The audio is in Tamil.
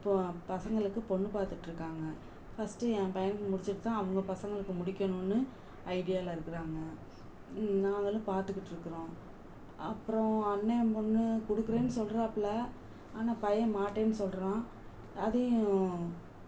இப்போது பசங்களுக்கு பொண்ணு பார்த்துட்டு இருக்காங்கள் ஃபஸ்ட்டு என் பையனுக்கு முடிச்சிட்டு தான் அவங்க பசங்களுக்கு முடிக்கணும்னு ஐடியாவில இருக்குறாங்கள் நான் அதனால் பார்த்துக்கிட்டு இருக்கிறோம் அப்புறோம் அண்ணன் பொண்ணு கொடுக்கறேன்னு சொல்கிறாப்புல ஆனால் பையன் மாட்டேன்னு சொல்கிறான் அதையும்